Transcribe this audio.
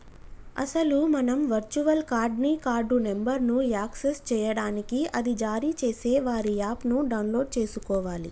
అసలు మనం virtual card ని కార్డు నెంబర్ను యాక్సెస్ చేయడానికి అది జారీ చేసే వారి యాప్ ను డౌన్లోడ్ చేసుకోవాలి